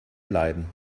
leiden